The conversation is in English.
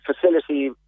facility